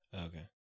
Okay